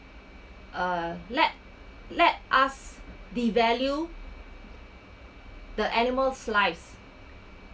uh let let us devalue the animal's live